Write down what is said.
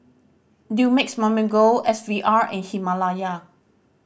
Dumex Mamil Gold S V R and Himalaya